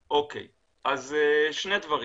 אז שני דברים.